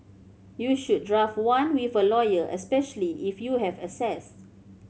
you should draft one with a lawyer especially if you have assets